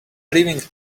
leaving